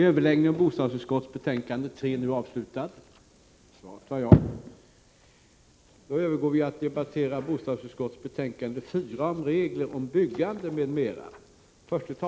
Kammaren övergår nu till att debattera bostadsutskottets betänkande 4 om regler om byggande m.m.